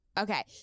Okay